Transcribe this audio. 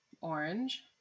Orange